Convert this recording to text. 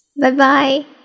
Bye-bye